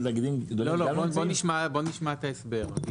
בוא נשמע את ההסבר.